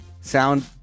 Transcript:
sound